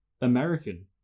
american